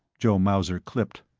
joe mauser clipped.